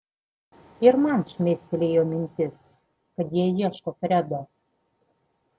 ir man šmėstelėjo mintis kad jie ieško fredo